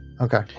Okay